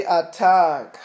attack